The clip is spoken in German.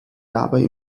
dabei